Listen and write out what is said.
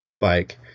bike